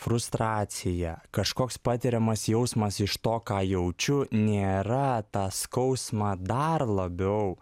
frustracija kažkoks patiriamas jausmas iš to ką jaučiu nėra tą skausmą dar labiau